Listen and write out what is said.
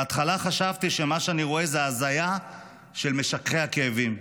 בהתחלה חשבתי שמה שאני רואה זה הזיה של משככי הכאבים.